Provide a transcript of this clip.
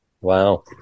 Wow